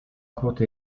courte